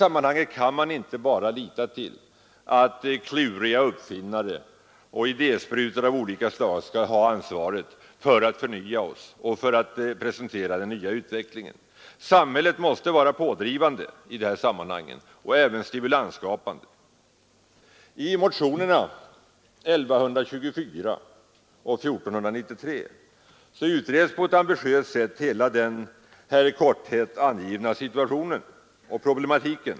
Man kan inte bara lita på att kluriga uppfinnare och idésprutor av olika slag skall ha ansvaret för att förnya oss och presentera den nya utvecklingen. Samhället måste vara pådrivande i detta sammanhang och även stimulansskapande. I motionerna 1124 och 1493 utreds på ett ambitiöst sätt hela den här i korthet angivna situationen och problematiken.